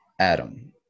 Adam